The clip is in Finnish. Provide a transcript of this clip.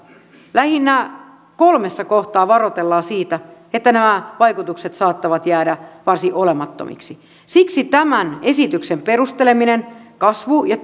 lähinnä kolmessa kohtaa varoitellaan siitä että nämä vaikutukset saattavat jäädä varsin olemattomiksi siksi tämän esityksen perusteleminen kasvu ja